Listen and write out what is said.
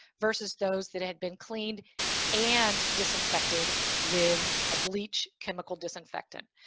versus those that had been cleaned and disinfected with a bleach chemical disinfectant.